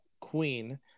queen